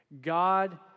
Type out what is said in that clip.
God